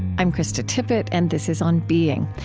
i'm krista tippett, and this is on being.